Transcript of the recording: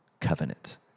covenant